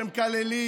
שמקללים,